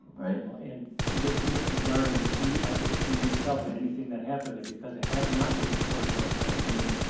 alright. ah and this is regarding the ethics committee itself and anything that happened there, because it has not been reported out to our committee.